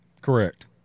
Correct